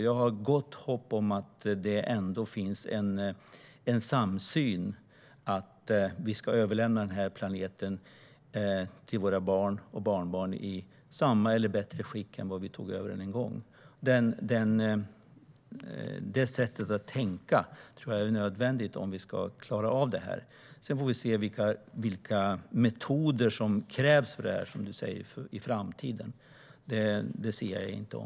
Jag har gott hopp om att det ändå finns en samsyn om att vi ska överlämna den här planeten till våra barn och barnbarn i samma eller bättre skick än när vi en gång tog över den. Det sättet att tänka tror jag är nödvändigt om vi ska klara av detta. Sedan får vi se vilka metoder som krävs för detta i framtiden, som Jens Holm säger. Det siar jag inte om.